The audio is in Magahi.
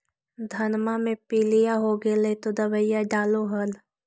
धनमा मे पीलिया हो गेल तो दबैया डालो हल?